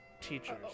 teachers